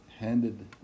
handed